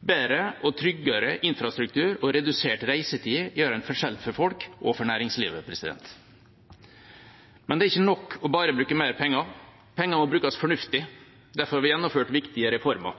Bedre og tryggere infrastruktur og redusert reisetid utgjør en forskjell for folk og for næringslivet. Men det er ikke nok bare å bruke mer penger. Pengene må brukes fornuftig. Derfor har vi gjennomført viktige reformer.